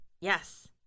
Yes